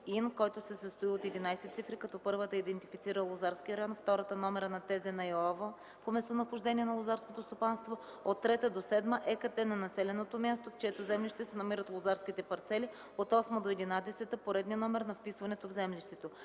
който се състои от 11 цифри, като първата идентифицира лозарския район, втората – номера на ТЗ на ИАЛВ по местонахождение на лозарското стопанство, от трета до седма – ЕКАТТЕ на населеното място, в чието землище се намират лозарските парцели, от осма до единадесета – поредния номер на вписването в землището.